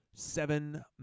seven